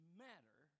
matter